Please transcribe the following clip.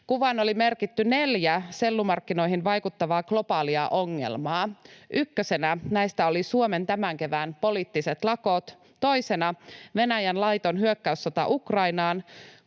Kuvaan oli merkitty neljä sellumarkkinoihin vaikuttavaa globaalia ongelmaa: ykkösenä näistä oli Suomen tämän kevään poliittiset lakot, toisena Venäjän laiton hyökkäyssota Ukrainaan,